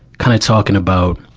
kind of talking about,